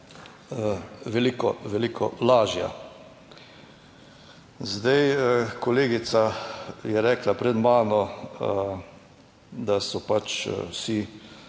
veliko veliko lažja. Zdaj kolegica je rekla pred mano, da so pač vsi